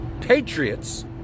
patriots